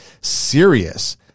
serious